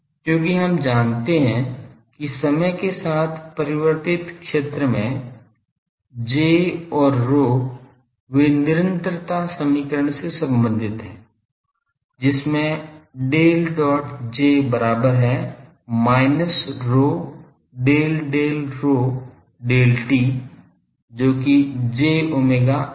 क्योंकि हम जानते हैं कि समय के साथ परिवर्तित क्षेत्र में J और ρ वे निरंतरता समीकरण से संबंधित हैं जिसमें Del dot J बराबर है minus rho Del Del rho del t जो कि j omega ρ है